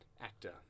actor